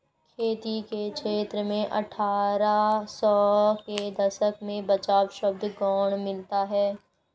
खेती के क्षेत्र में अट्ठारह सौ के दशक में बचाव शब्द गौण मिलता है